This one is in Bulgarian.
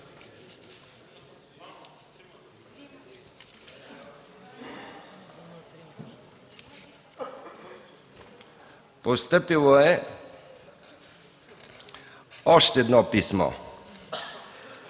Постъпило е още едно писмо